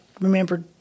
remember